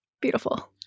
Beautiful